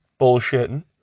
bullshitting